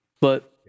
But-